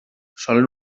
solen